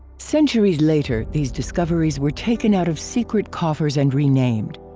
centuries later, these discoveries were taken out of secret coffers and renamed